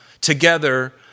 together